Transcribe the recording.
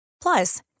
Plus